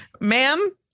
ma'am